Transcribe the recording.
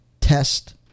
test